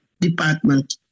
department